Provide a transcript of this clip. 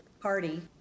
party